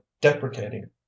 deprecating